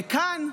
וכאן,